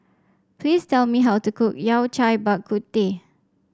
please tell me how to cook Yao Cai Bak Kut Teh